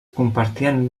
compartien